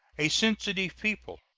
a sensitive people,